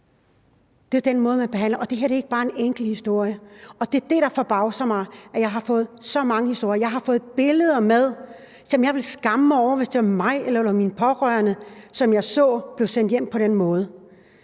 Det er den måde, man behandler folk på. Og det her er ikke bare en enkelt historie, og det er det, der forbavser mig. Jeg har fået så mange historier, og jeg har fået tilsendt billeder, og jeg ville skamme mig, hvis det var mine pårørende, som jeg så var blevet sendt hjem på den måde.